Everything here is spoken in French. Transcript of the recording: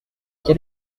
quel